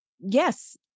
yes